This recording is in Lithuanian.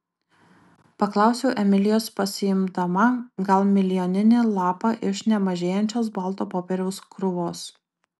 paklausiau emilijos pasiimdama gal milijoninį lapą iš nemažėjančios balto popieriaus krūvos